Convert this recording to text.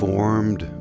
Formed